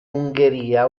ungheria